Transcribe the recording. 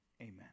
Amen